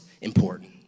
important